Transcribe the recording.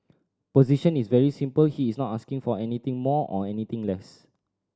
position is very simple he is not asking for anything more or anything less